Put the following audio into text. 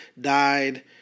died